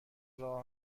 راه